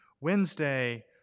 Wednesday